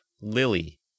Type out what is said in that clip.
Lily